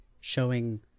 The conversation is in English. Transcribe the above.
showing